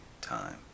time